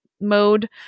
mode